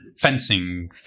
fencing